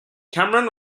cameron